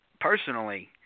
personally